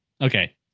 Okay